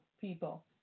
people